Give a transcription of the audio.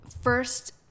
first